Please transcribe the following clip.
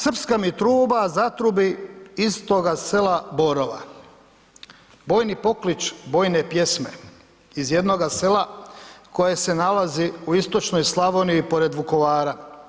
Srpska mi truba zatrubi iz toga sela Borova, bojni poklič, bojne pjesme iz jednoga sela koji se nalaze u istočnoj Slavoniji pored Vukovara.